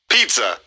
Pizza